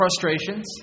frustrations